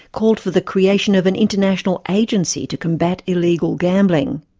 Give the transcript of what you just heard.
called for the creation of an international agency to combat illegal gambling.